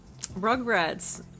Rugrats